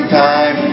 time